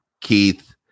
Keith